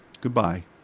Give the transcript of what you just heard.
Goodbye